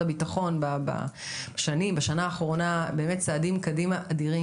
הביטחון בשנה האחרונה הם צעדים אדירים קדימה.